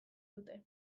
dute